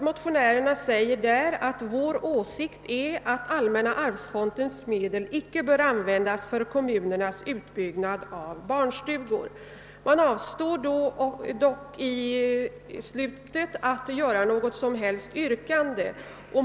Motionärerna säger där: »Vår åsikt är således att allmänna arvsfondens medel icke bör användas för kommunernas utbyggnad av barnstugor.» Man avstår dock från att ställa något yrkande.